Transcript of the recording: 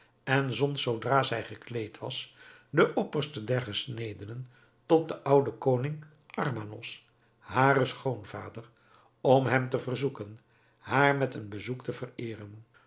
en zond zoodra zij gekleed was den opperste der gesnedenen tot den ouden koning armanos haren schoonvader om hem te verzoeken haar met een bezoek te vereeren